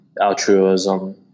altruism